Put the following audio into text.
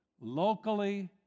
Locally